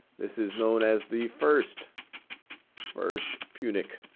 this is known as the first first punic